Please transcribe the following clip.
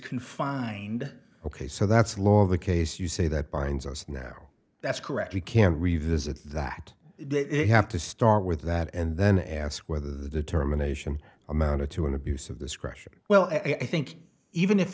confined ok so that's law of the case you say that binds us now that's correct we can revisit that it have to start with that and then ask whether the determination amounted to an abuse of discretion well i think even if